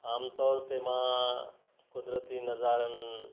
आम तौर ते मां क़ुदिरती नज़ारनि